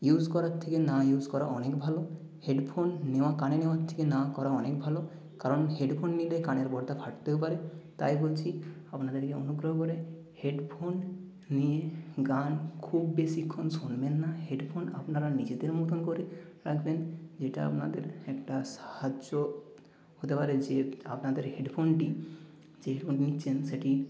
use করার থেকে না ইউস করা অনেক ভালো হেডফোন নিয়োহ কানে নেওয়ার থেকে না করা অনেক ভালো কারণ হেডফোন নিলে কানের পর্দা ফাটতেও পারে তাই বলছি আপনাদেরকে অনুগ্রহ করে হেডফোন নিয়ে গান খুব বেশিক্ষণ শুনবেন না হেডফোন আপনারা নিজেদের মতন করে রাখবেন যেটা আপনাদের একটা সাহায্য হতে পারে যে আপনাদের হেডফোনটি যে নিচ্ছেন সেটি